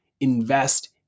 Invest